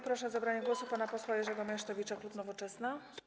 Proszę o zabranie głosu pana posła Jerzego Meysztowicza, klub Nowoczesna.